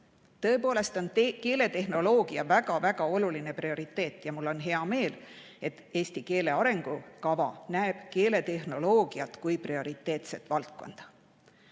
Tõepoolest on keeletehnoloogia väga oluline prioriteet ja mul on hea meel, et eesti keele arengukava näeb keeletehnoloogiat kui prioriteetset valdkonda.